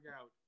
out